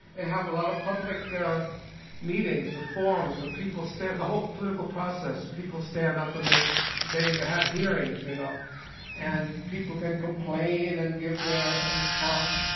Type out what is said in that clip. they have a lot of public meetings and forums where people stand, the whole political process, people stand up and they they ah have hearings. you know and people can complain and give their response,